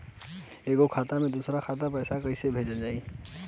एगो खाता से दूसरा खाता मे पैसा कइसे भेजल जाई?